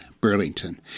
Burlington